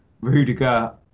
Rudiger